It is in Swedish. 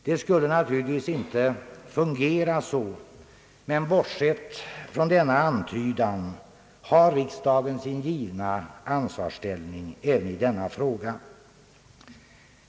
Det borde naturligtvis inte fungera så, men bortsett från denna antydan har riksdagen sin givna ansvarsställning — även i denna fråga.